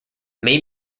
may